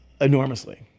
enormously